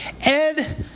Ed